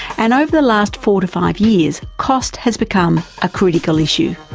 and over the last four to five years, cost has become a critical issue.